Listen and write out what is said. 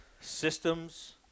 Systems